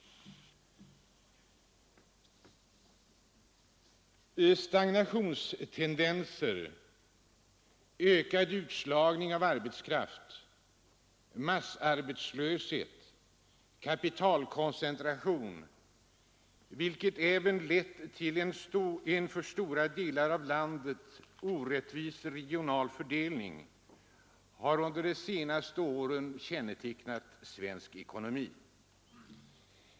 Stagnationstendenser, ökad utslagning av arbetskraft, massarbetslöshet och kapitalkoncentration — som också har lett till en för stora delar av landet orättvis regional fördelning — har under de senaste åren kännetecknat den svenska ekonomin.